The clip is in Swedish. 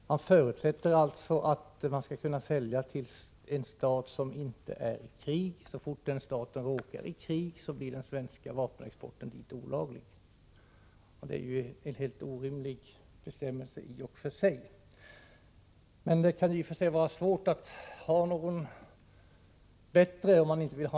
Man förutsätter alltså att man skall kunna sälja till en stat som inte är i krig. Så fort den staten råkar i krig blir den svenska vapenexporten dit olaglig. Det är i och för sig en helt orimlig bestämmelse. Det kan vara svårt att få ett bättre system.